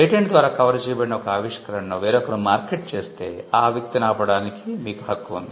patent ద్వారా cover చేయబడిన ఒక ఆవిష్కరణను వేరొకరు మార్కెట్ చేస్తే ఆ వ్యక్తిని ఆపడానికి మీకు హక్కు ఉంది